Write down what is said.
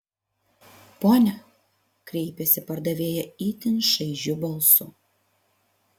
pone kreipėsi pardavėja itin šaižiu balsu